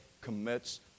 commits